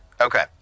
Okay